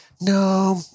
no